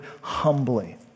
humbly